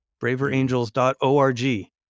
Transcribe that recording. Braverangels.org